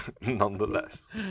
nonetheless